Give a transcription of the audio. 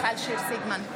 סגמן.